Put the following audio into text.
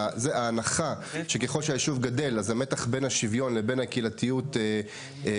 ההנחה שככל שהיישוב גדל אז המתח בין השוויון לבין הקהילתיות גדל,